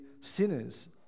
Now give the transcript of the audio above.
sinners